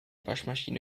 waschmaschine